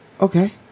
Okay